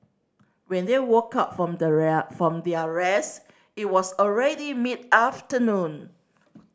when they woke up from the where from their rest it was already mid afternoon